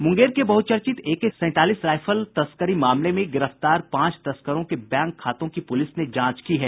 मूंगेर के बहचर्चित एक सैंतालीस राइफल तस्करी मामले में गिरफ्तार पांच तस्करों के बैंक खातों की पुलिस ने जांच की है